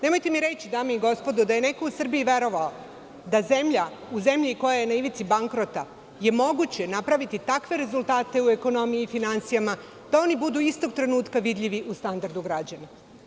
Nemojte mi reći, dame i gospodo, da je neko u Srbiji verovao da je u zemlji koja je na ivici bankrota moguće napraviti takve rezultate u ekonomiji i finansijama da oni budu istog trenutka vidljivi u standardu građana.